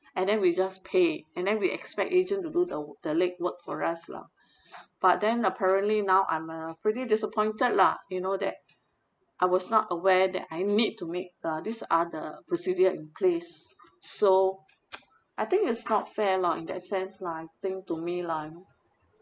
and then we just pay and then we expect agent to do the the leg work for us lah but then apparently now I'm uh pretty disappointed lah you know that I was not aware that I need to make uh this other procedure in place so I think it's not fair lah in that sense lah I think to me lah you know